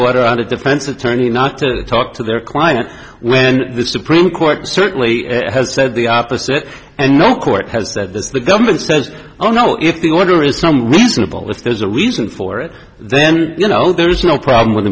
order on a defense attorney not to talk to their client when the supreme court certainly has said the opposite and no court has said this the government says oh no if the order is somewhat reasonable if there's a reason for it then you know there's no problem with